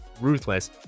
ruthless